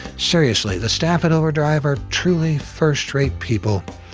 seriously, the staff at overdrive are truly first-rate people.